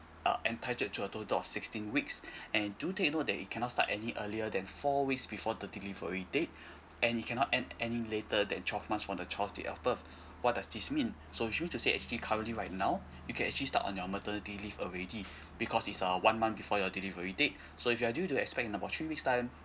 entitled to a total of sixteen weeks and do take note that it cannot start any earlier than four weeks before the delivery date and it cannot end any later than twelve months from the child date of birth what does this mean so you to say actually currently right now you can actually start on your maternity leave already because it's a one month before your delivery date so if you are due to expect about three weeks time